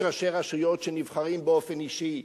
יש ראשי רשויות שנבחרים באופן אישי,